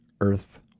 earth